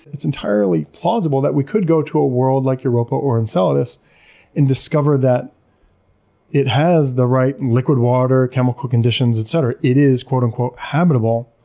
it's entirely plausible that we could go to a world like europa or enceladus and discover that it has the right liquid water, chemical conditions, et cetera. it is and habitable